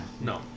No